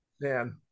Man